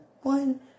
one